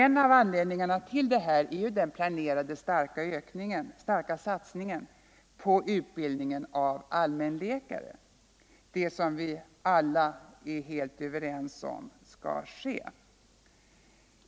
En av anledningarna till detta är den planerade starka satsningen på utbildningen av allmänläkare, det som vi alla är helt överens om skall ske.